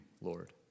Lord